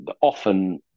often